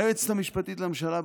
היועצת המשפטית לממשלה,